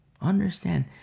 Understand